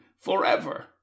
forever